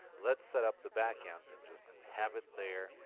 let's set up the backend and just have it there.